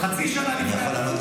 אבל הוא ממנה עשרות.